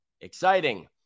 exciting